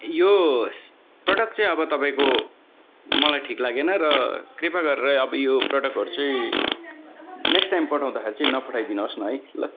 यो प्रडक्ट चाहिँ अब तपाईँको मलाई ठिक लागेन र कृपा गरेर अब यो प्रडक्टहरू चाहिँ नेक्स्ट टाइम पठाउँदाखेरि चाहिँ नपठाइदिनु होस् न है ल